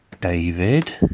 David